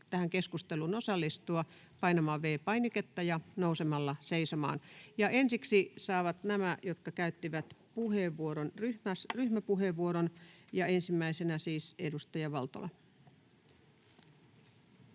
tähän keskusteluun osallistua, painamaan V-painiketta ja nousemaan seisomaan. Ensiksi saavat ne, jotka käyttivät ryhmäpuheenvuoron. — Ensimmäisenä siis edustaja Valtola.